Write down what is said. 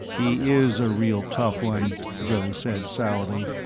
he is a real tough one, joe said sourly.